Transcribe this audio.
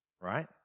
right